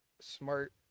smart